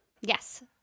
Yes